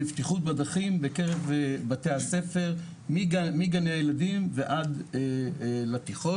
לבטיחות בדרכים בקרב בתי הספר מגני הילדים ועד לתיכון.